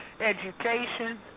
education